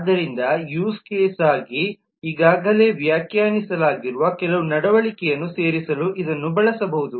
ಆದ್ದರಿಂದ ಯೂಸ್ ಕೇಸ್ಗಾಗಿ ಈಗಾಗಲೇ ವ್ಯಾಖ್ಯಾನಿಸಲಾಗಿರುವ ಕೆಲವು ನಡವಳಿಕೆಯನ್ನು ಸೇರಿಸಲು ಇದನ್ನು ಬಳಸಬಹುದು